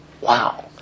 Wow